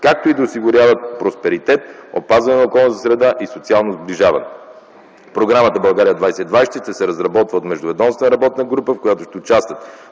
както и да осигуряват просперитет, опазване на околната среда и социално сближаване. Програмата „България 2020” ще се разработва от Междуведомствена работна група, в която ще участват